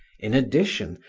in addition,